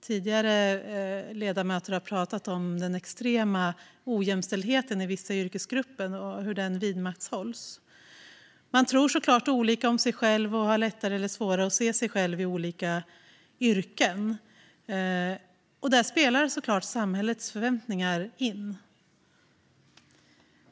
Tidigare talare har pratat om den extrema ojämställdheten i vissa yrkesgrupper och hur den vidmakthålls. Man tror såklart olika om sig själv, och man har lättare eller svårare att se sig själv i olika yrken. Där spelar såklart samhällets förväntningar in.